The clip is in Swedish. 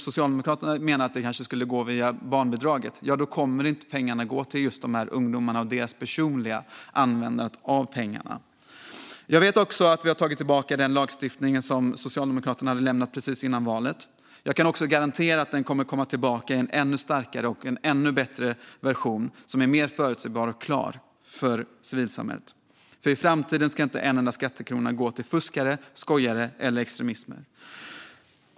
Socialdemokraterna menar att det kanske skulle gå via barnbidraget, men då kommer inte pengarna att gå till just dessa ungdomar personligen. Jag vet också att vi har tagit tillbaka den lagstiftning som Socialdemokraterna hade lämnat precis före valet. Jag kan också garantera att den kommer att komma tillbaka i en ännu starkare och bättre version som är mer förutsägbar och klar för civilsamhället. I framtiden ska inte en enda skattekrona gå till fuskare, skojare eller extremister.